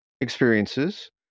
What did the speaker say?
experiences